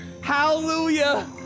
Hallelujah